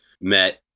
met